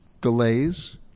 delays